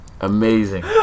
Amazing